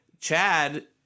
Chad